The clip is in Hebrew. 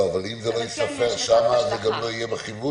לא, אבל אם זה לא ייספר שם גם זה לא יהיה בחיווי?